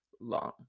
long